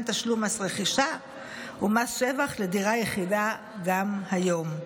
תשלום מס רכישה ומס שבח לדירה יחידה גם היום.